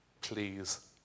please